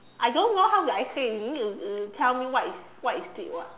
I don't know how do I say you need to you tell me what is what is it [what]